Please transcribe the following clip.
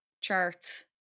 Charts